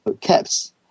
caps